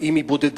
אם היא בודדה,